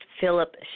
Philip